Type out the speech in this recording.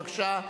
בבקשה,